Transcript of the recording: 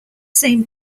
same